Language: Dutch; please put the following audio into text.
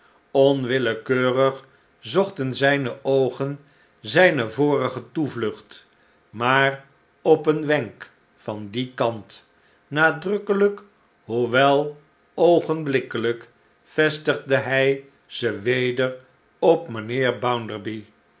onwillekeurig zochten zijne oogen zijne vorige toevlucht maar op een wenk van dien kant nadrukkelijk hoewel oogenblikkelijk vestigde hij ze weder op mijnheer